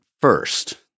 first